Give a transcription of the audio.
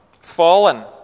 fallen